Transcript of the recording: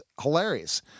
hilarious